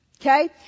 Okay